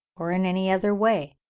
or in any other way.